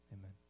Amen